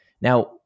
now